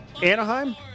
Anaheim